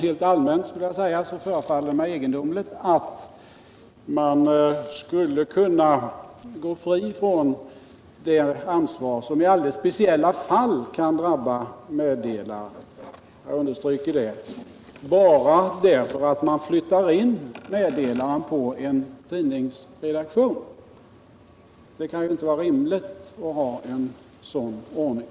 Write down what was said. Helt allmänt förefaller det mig egendomligt att man skulle kunna gå fri från det ansvar som i alldeles speciella fall kan drabba meddelare — jag vill understryka det — bara därför att man flyttar in meddelaren på en tidningsredaktion. Det kan inte vara rimligt att ha en sådan ordning.